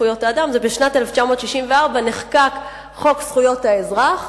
זכויות האדם זה שבשנת 1964 נחקק חוק זכויות האזרח,